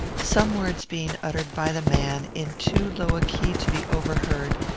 some words being uttered by the man, in too low a key to be overheard,